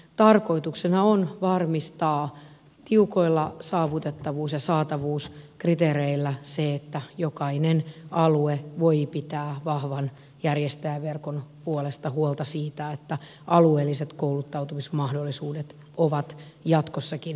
tarkoituksena on varmistaa tiukoilla saavutettavuus ja saatavuuskriteereillä se että jokainen alue voi pitää vahvan järjestäjäverkon puolesta huolta siitä että alueelliset kouluttautumismahdollisuudet ovat jatkossakin olemassa